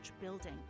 building